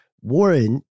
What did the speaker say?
Warren